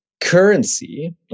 currency